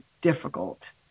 difficult